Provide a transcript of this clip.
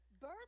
birth